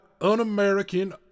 un-American